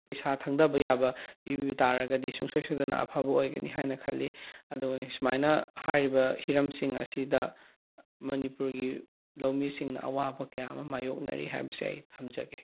ꯄꯩꯁꯥ ꯊꯪꯗꯕ ꯌꯥꯕ ꯄꯤꯕꯤꯕ ꯇꯥꯔꯒꯗꯤ ꯁꯨꯡꯁꯣꯏ ꯁꯣꯏꯗꯅ ꯑꯐꯕ ꯑꯣꯏꯒꯅꯤ ꯍꯥꯏꯅ ꯈꯜꯂꯤ ꯑꯗꯨꯒꯅꯤ ꯁꯨꯃꯥꯏꯅ ꯍꯥꯏꯔꯤꯕ ꯍꯤꯔꯝꯁꯤꯡ ꯑꯁꯤꯗ ꯃꯅꯤꯄꯨꯔꯒꯤ ꯂꯧꯃꯤꯁꯤꯡꯅ ꯑꯋꯥꯕ ꯀꯌꯥ ꯑꯃ ꯃꯥꯏꯌꯣꯛꯅꯔꯤ ꯍꯥꯏꯕꯁꯦ ꯑꯩ ꯊꯝꯖꯒꯦ